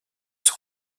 son